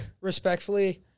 Respectfully